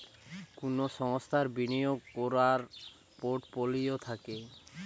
কুনো সংস্থার বিনিয়োগ কোরার পোর্টফোলিও থাকে